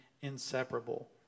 inseparable